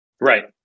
Right